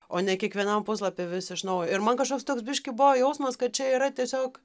o ne kiekvienam puslapy vis iš naujo ir man kažkoks toks biškį buvo jausmas kad čia yra tiesiog